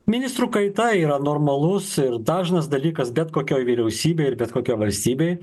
ministrų kaita yra normalus ir dažnas dalykas bet kokioj vyriausybėj ir bet kokioj valstybėj